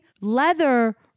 leather